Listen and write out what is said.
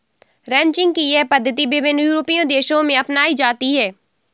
ranching की यह पद्धति विभिन्न यूरोपीय देशों में अपनाई जाती है